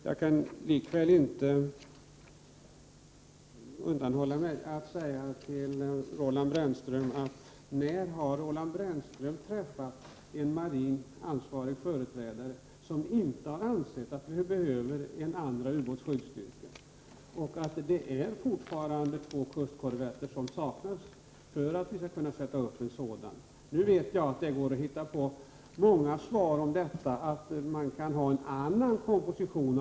Jag kan likväl inte underlåta att fråga Roland Brännström när han har träffat en marin ansvarig företrädare som inte har ansett att vi behöver en andra ubåtsjaktstyrka. Det saknas fortfarande två kustkorvetter för att vi skall kunna bygga upp en sådan. Jag vet att det går att hitta på många svar om att man t.ex. kan ha en annan komposition.